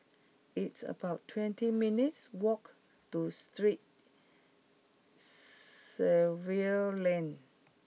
it's about twenty minutes' walk to Street Xavier's Lane